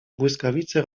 błyskawice